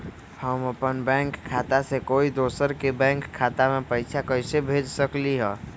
हम अपन बैंक खाता से कोई दोसर के बैंक खाता में पैसा कैसे भेज सकली ह?